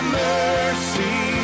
mercy